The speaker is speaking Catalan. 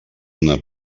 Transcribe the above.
una